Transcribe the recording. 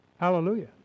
Hallelujah